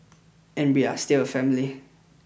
and we are still a family